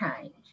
change